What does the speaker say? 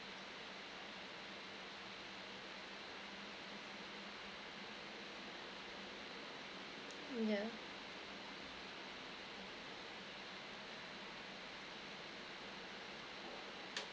yeah